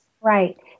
right